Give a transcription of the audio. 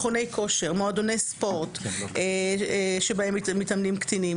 מכוני כושר, מועדוני ספורט שבהם מתאמנים קטינים.